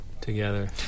together